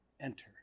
Enter